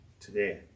today